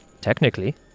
Technically